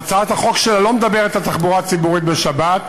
והצעת החוק שלה לא מדברת על תחבורה ציבורית בשבת,